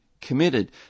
committed